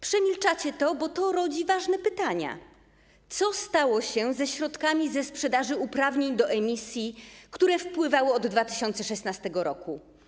Przemilczacie to, bo to rodzi ważne pytania: Co stało się ze środkami ze sprzedaży uprawnień do emisji, które wpływały od 2016 r.